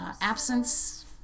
Absence